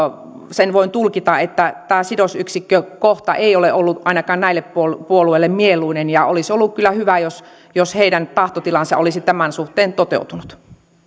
sen voin tulkita että tämä sidosyksikkökohta ei ole ollut ilmeisesti ainakaan keskustalle ja perussuomalaisille mieluinen ja olisi ollut kyllä hyvä jos jos heidän tahtotilansa olisi tämän suhteen toteutunut